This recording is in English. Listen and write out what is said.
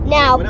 Now